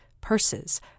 purses